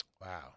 Wow